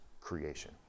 creation